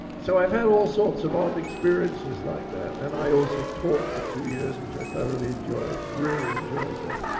so i have have all sorts of odd experiences like that. and i also taught for two years, which i thoroughly enjoyed, really enjoyed that.